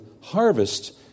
harvest